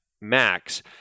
Max